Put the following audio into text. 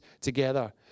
together